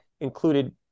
included